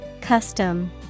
Custom